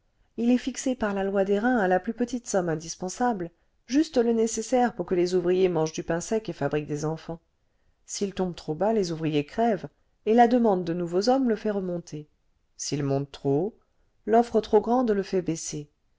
il est fixé par la loi d'airain à la plus petite somme indispensable juste le nécessaire pour que les ouvriers mangent du pain sec et fabriquent des enfants s'il tombe trop bas les ouvriers crèvent et la demande de nouveaux hommes le fait remonter s'il monte trop haut l'offre trop grande le fait baisser